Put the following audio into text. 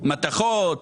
מתכות,